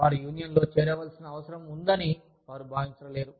వారు యూనియన్లో చేరవలసిన అవసరం ఉందని వారు భావించరు